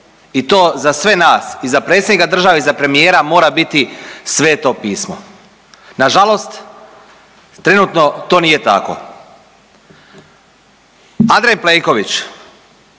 i to za sve nas i za predsjednika države i za premijera mora biti sveto pismo, nažalost trenutno to nije tako.